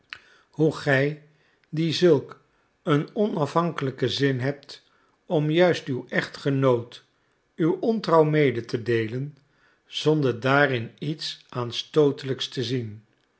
hoe gij die zulk een onafhankelijken zin hebt om juist uw echtgenoot uw ontrouw mede te deelen zonder daarin iets aanstootelijks te zien